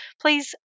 please